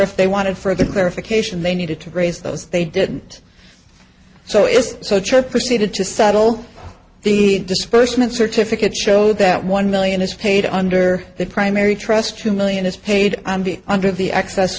if they wanted further clarification they needed to raise those they didn't so it's so true proceeded to settle the dispersement certificate show that one million is paid under the primary trust two million is paid under the access